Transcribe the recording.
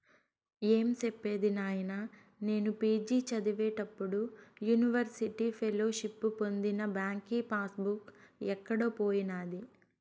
ఏం సెప్పేది నాయినా, నేను పి.జి చదివేప్పుడు యూనివర్సిటీ ఫెలోషిప్పు పొందిన బాంకీ పాస్ బుక్ ఎక్కడో పోయినాది